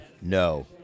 No